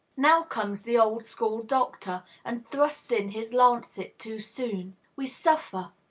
now comes the old-school doctor, and thrusts in his lancet too soon. we suffer,